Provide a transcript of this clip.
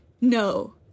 no